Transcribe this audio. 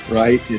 right